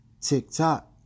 Tick-tock